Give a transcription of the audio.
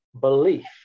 belief